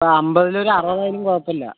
ആ അമ്പതിലൊരു അറുപതായാലും കുഴപ്പമില്ല